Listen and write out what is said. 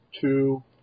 two